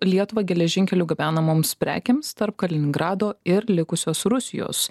lietuvą geležinkeliu gabenamoms prekėms tarp kaliningrado ir likusios rusijos